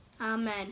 Amen